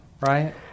right